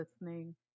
listening